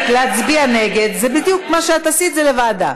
להצביע נגד זה בדיוק מה שעשית, זה לוועדה.